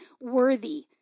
worthy